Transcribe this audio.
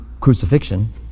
crucifixion